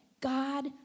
God